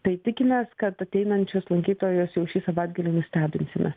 tai tikimės kad ateinančius lankytojus jau šį savaitgalį nustebinsime